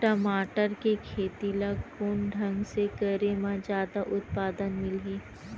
टमाटर के खेती ला कोन ढंग से करे म जादा उत्पादन मिलही?